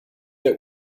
der